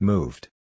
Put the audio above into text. Moved